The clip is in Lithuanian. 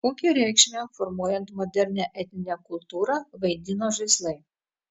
kokią reikšmę formuojant modernią etninę kultūrą vaidino žaislai